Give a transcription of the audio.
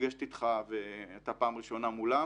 שנפגשת איתך ואתה פעם ראשונה מולה.